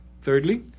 Thirdly